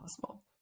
possible